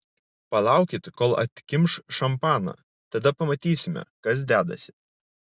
palaukit kol atkimš šampaną tada pamatysime kas dedasi